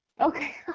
Okay